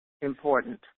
important